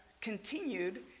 continued